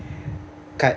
card